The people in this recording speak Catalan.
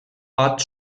pot